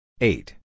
Eight